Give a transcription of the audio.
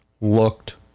looked